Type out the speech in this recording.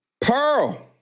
Pearl